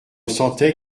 sentait